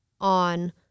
on